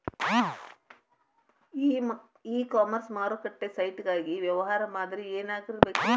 E commerce ಮಾರುಕಟ್ಟೆ site ಗಾಗಿ ವ್ಯವಹಾರ ಮಾದರಿ ಏನಾಗಿರಬೇಕ್ರಿ?